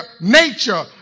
nature